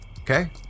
Okay